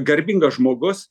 garbingas žmogus